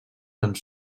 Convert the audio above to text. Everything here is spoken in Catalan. ens